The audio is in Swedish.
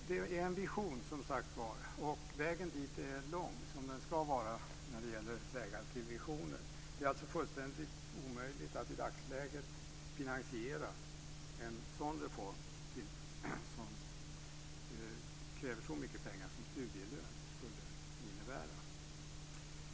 Det är som sagt en vision, och vägen till dess förverkligande är lång, som det ska vara med visioner. Det är fullständigt omöjligt att i dagsläget finansiera en reform som kräver så mycket pengar som skulle behövas för en studielön.